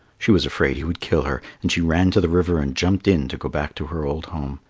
she was afraid he would kill her, and she ran to the river and jumped in to go back to her old home.